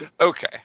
Okay